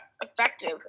effective